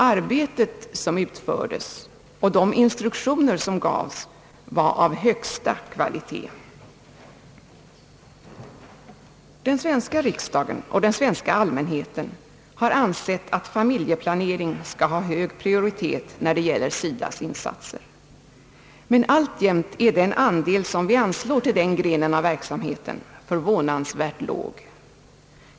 Arbetet som utfördes och de instruktioner, som gavs, var av högsta kvalitet.» Den svenska riksdagen och den svenska allmänheten har ansett att familjeplanering skall ha hög prioritet när det gäller SIDA:s insatser. Men alltjämt är den andel, som vi anslår till denna gren av verksamheten förvånansvärt låg.